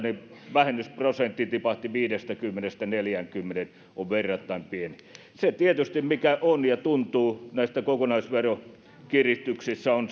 vähennysprosentti tipahti viidestäkymmenestä neljäänkymmeneen on verrattain pientä tietysti se mikä on ja tuntuu näissä kokonaisveronkiristyksissä on